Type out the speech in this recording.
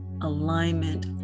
alignment